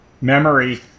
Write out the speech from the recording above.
memory